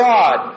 God